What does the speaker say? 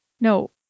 No